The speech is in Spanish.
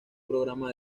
programa